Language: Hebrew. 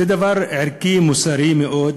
זה דבר ערכי, מוסרי מאוד.